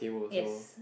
yes